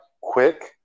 quick